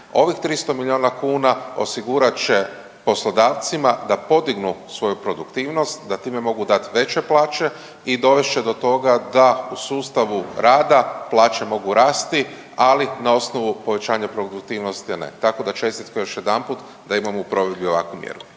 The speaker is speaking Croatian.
Ovih 300 milijuna kuna osigurat će poslodavcima da podignu svoju produktivnost, da tim mogu dati veće plaće i dovest će do toga da u sustavu rada plaće mogu rasti, ali na osnovu povećanja produktivnosti … tako da čestitke još jedanput da imamo u provedbi ovakvu mjeru.